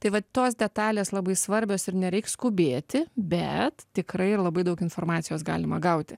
tai vat tos detalės labai svarbios ir nereik skubėti bet tikrai labai daug informacijos galima gauti